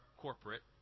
corporate